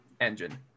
engine